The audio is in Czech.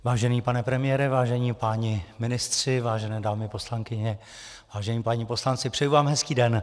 Vážený pane premiére, vážení páni ministři, vážené dámy poslankyně, vážení páni poslanci, přeji vám hezký den.